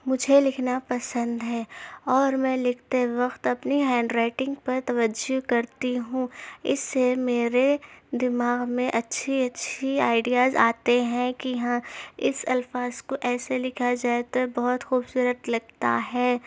مجھے لکھنا پسند ہے اور میں لکھتے وقت اپنی ہینڈ رائٹنگ پر توجہ کرتی ہوں اس سے میرے دماغ میں اچھی اچھی آڈیاز آتے ہیں کہ ہاں اس الفاظ کو ایسے لکھا جائے تو بہت خوبصورت لگتا ہے